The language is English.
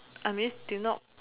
I mean did not